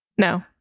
no